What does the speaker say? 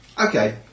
Okay